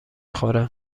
خوره